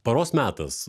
paros metas